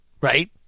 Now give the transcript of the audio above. Right